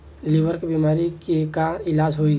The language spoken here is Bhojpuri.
लीवर के बीमारी के का इलाज होई?